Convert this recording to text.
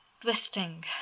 twisting